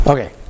Okay